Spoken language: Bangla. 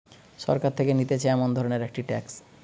সরকার থেকে নিতেছে এমন ধরণের একটি ট্যাক্স